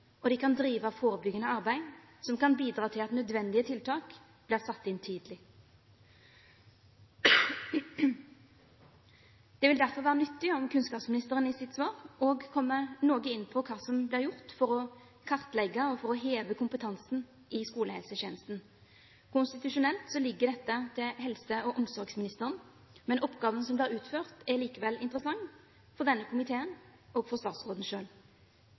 og den kan drive forebyggende arbeid, som kan bidra til at nødvendige tiltak blir satt inn tidlig. Det vil derfor være nyttig om kunnskapsministeren i sitt svar også kommer noe inn på hva som blir gjort for å kartlegge og heve kompetansen i skolehelsetjenesten. Konstitusjonelt ligger dette til helse- og omsorgsministeren, men oppgavene som blir utført, er likevel interessante for denne komiteen og for statsråden